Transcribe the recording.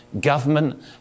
government